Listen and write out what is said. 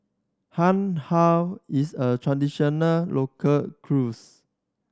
har how is a traditional local cruse